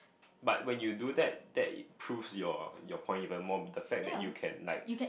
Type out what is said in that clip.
but when you do that that proves your your point even more the fact you can like